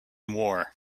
war